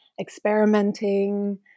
experimenting